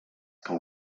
que